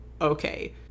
Okay